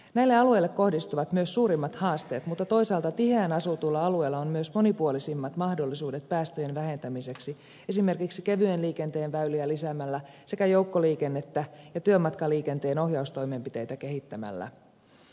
näille alueille kohdistuvat myös suurimmat haasteet mutta toisaalta tiheään asutuilla alueilla on myös monipuolisimmat mahdollisuudet päästöjen vähentämiseksi esimerkiksi kevyen liikenteen väyliä lisäämällä sekä joukkoliikennettä ja työmatkaliikenteen ohjaustoimenpiteitä kehittämällä